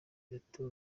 bato